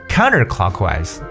Counterclockwise